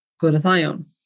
glutathione